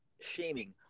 shaming